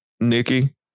Nikki